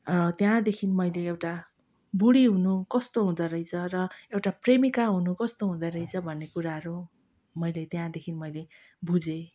त्याँदेखि मैले एउटा बुढी हुनु कस्तो हुँदो रहेछ र एउटा प्रेमिका हुनु कस्तो हुँदो रहेछ भन्ने कुराहरू मैले त्यहाँदेखि मैले बुझेँ